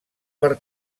per